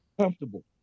comfortable